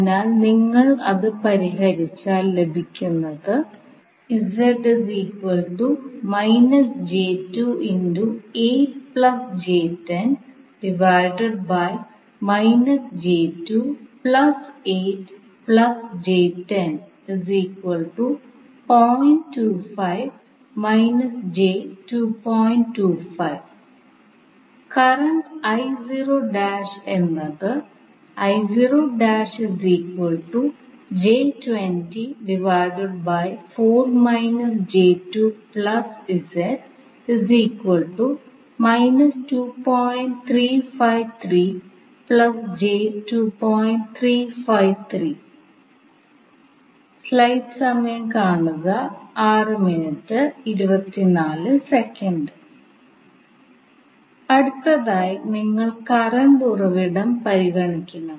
അതിനാൽ നിങ്ങൾ അത് പരിഹരിച്ചാൽ ലഭിക്കുന്നത് കറണ്ട് എന്നത് അടുത്തതായി നിങ്ങൾ കറണ്ട് ഉറവിടം പരിഗണിക്കണം